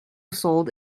sold